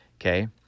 okay